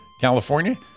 California